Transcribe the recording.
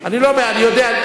אני יודע.